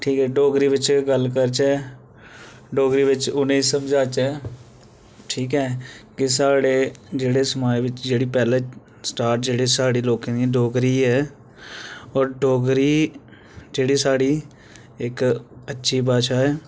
ठीक ऐ डोगरी बिच्च गल्ल करचै डोगरी बिच्च उ'नेंगी समझाचै ठीक ऐ कि साढ़े जेह्ड़े समाज बिच्च पैह्ले स्टाट जे साढ़े लोकें दी डोगरी ऐ होर डोगरी जेह्ड़ी साढ़ी इक अच्छी भाशा ऐ